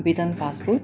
बिदान fast food